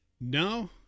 No